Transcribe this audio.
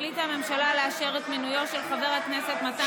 החליטה הממשלה לאשר את מינויו של חבר הכנסת מתן כהנא,